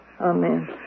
Amen